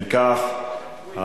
אם כך,